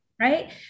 Right